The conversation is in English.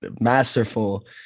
masterful